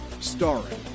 starring